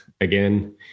again